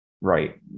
Right